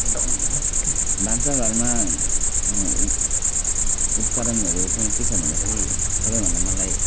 भान्साघरमा उ उपकरणहरू चाहिँ के छ भन्दाफेरि सबैभन्दा मलाई